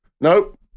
Nope